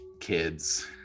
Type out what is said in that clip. kids